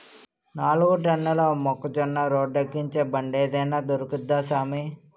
నాలుగు టన్నుల మొక్కజొన్న రోడ్డేక్కించే బండేదైన దొరుకుద్దా సామీ